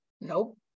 Nope